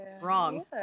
wrong